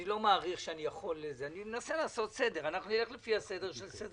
אני מנסה לעשות סדר, אנחנו נלך לפי סדר-היום.